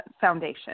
Foundation